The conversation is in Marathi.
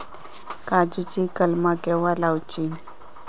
काजुची कलमा केव्हा लावची?